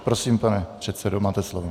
Prosím, pane předsedo, máte slovo.